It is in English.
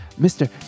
Mr